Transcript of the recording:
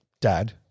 dad